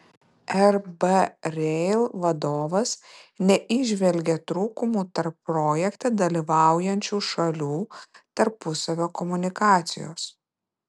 rb rail vadovas neįžvelgė trūkumų tarp projekte dalyvaujančių šalių tarpusavio komunikacijos